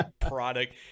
product